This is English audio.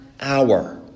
hour